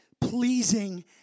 Pleasing